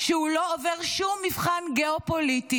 שהוא לא עובר שום מבחן גאו-פוליטי,